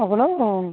ଆପଣ